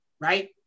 right